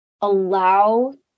allow